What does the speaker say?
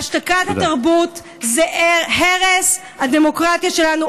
השתקת התרבות זה הרס הדמוקרטיה שלנו,